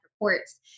reports